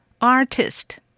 artist